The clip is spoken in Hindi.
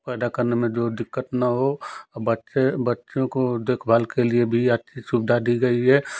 पैदा करने में जो दिक्कत ना हो और बच्चे बच्चों को देखभाल के लिए भी अच्छी सुबधा दी गई है